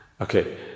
Okay